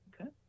Okay